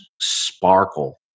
sparkle